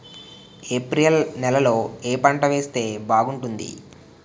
April నెలలో ఏ పంట వేస్తే బాగుంటుంది?